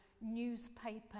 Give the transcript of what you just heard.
newspaper